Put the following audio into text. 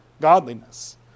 godliness